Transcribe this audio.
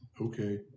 Okay